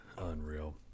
Unreal